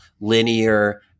linear